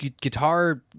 guitar